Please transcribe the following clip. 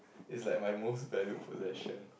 is like my most valued possession